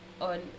on